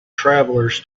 travelers